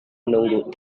menunggu